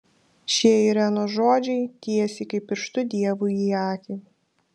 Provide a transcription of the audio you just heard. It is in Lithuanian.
šie irenos žodžiai tiesiai kaip pirštu dievui į akį